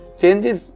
changes